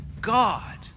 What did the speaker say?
God